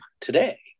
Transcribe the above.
today